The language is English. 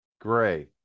gray